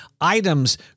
items